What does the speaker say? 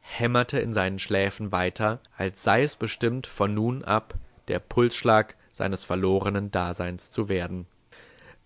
hämmerte in seinen schläfen weiter als sei es bestimmt von nun ab der pulsschlag seines verlorenen daseins zu werden